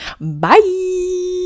Bye